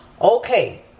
okay